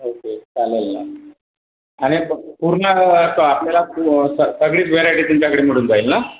okay चालेल ना आणि पू पूर्ण त आपल्याला स सर्वच व्हरायटी तुमच्याकडे मिळून जाईल ना